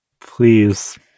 Please